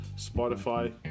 Spotify